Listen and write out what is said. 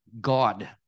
God